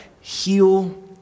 Heal